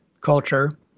culture